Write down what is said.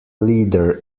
leader